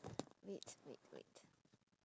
wait wait wait